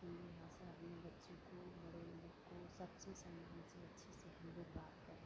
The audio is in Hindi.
हिन्दी भाषा अपने बच्चे को बड़े लोग को सबसे अच्छे से हम लोग बात करें